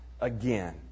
again